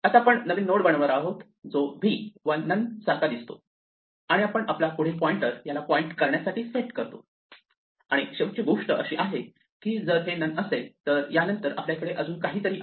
आता आपण नवीन नोड बनवणार आहोत जो v व नन सारखा दिसतो आणि आपण आपला पुढील पॉइंटर याला पॉईंट करण्यासाठी सेट करतो आणि शेवटची गोष्ट अशी आहे की जर हे नन नसेल तर या नंतर आपल्याकडे अजून काहीतरी आहे